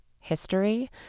history